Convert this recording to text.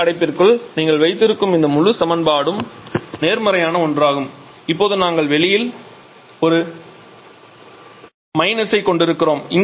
சதுர அடைப்புக்குறிக்குள் நீங்கள் வைத்திருக்கும் இந்த முழு சமன்பாடும் நேர்மறையான ஒன்றாகும் இப்போது நாங்கள் வெளியில் ஒரு ஐ கொண்டிருக்கிறோம்